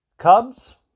Cubs